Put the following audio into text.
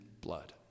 blood